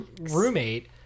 roommate